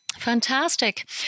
Fantastic